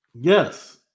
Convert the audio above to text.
Yes